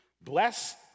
bless